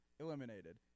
Eliminated